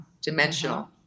dimensional